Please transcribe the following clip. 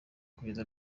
kugeza